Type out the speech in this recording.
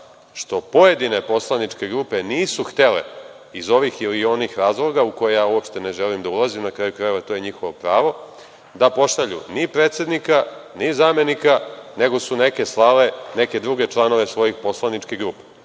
što pojedine poslaničke grupe nisu htele, iz ovih ili onih razloga u koje ja uopšte ne želim da ulazim, na kraju krajeva, to je njihovo pravo, da pošalju ni predsednika, ni zamenika, nego su neke slale neke druge članove svojih poslaničkih grupa. Ovo